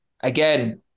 again